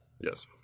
Yes